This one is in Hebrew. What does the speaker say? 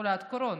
חולת קורונה,